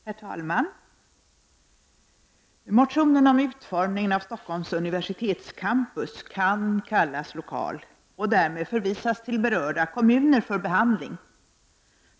Herr talman! Motionen om utformningen av Stockholms universitetscampus kan kallas lokal och därmed förvisas till berörda kommuner för behandling.